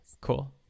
Cool